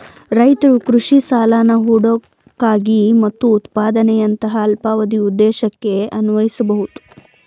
ರೈತ್ರು ಕೃಷಿ ಸಾಲನ ಹೂಡಿಕೆಗಾಗಿ ಮತ್ತು ಉತ್ಪಾದನೆಯಂತಹ ಅಲ್ಪಾವಧಿ ಉದ್ದೇಶಕ್ಕೆ ಅನ್ವಯಿಸ್ಬೋದು